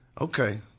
Okay